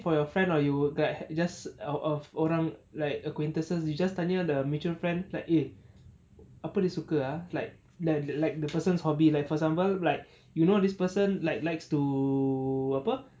for your friend or you like just orang just acquaintances you just tanya the mutual friend like eh apa dia suka ah like like like the person's hobby like for example like you know this person like likes to apa